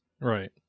Right